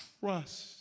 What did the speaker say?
trust